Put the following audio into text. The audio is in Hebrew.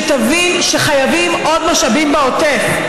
שתבין שחייבים עוד משאבים בעוטף,